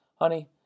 honey